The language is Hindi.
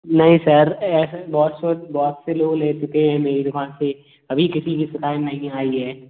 नहीं सर ऐसे बहुत से बहुत से लोग ले चुके हैं मेरी दुकान से कभी किसी की शिकायत नहीं आई है